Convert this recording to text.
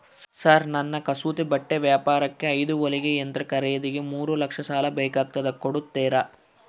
Sir ನನ್ನ ಕಸೂತಿ ಬಟ್ಟೆ ವ್ಯಾಪಾರಕ್ಕೆ ಐದು ಹೊಲಿಗೆ ಯಂತ್ರ ಖರೇದಿಗೆ ಮೂರು ಲಕ್ಷ ಸಾಲ ಬೇಕಾಗ್ಯದ ಕೊಡುತ್ತೇರಾ?